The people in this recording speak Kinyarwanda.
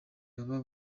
baba